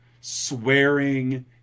swearing